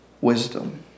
wisdom